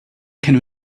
can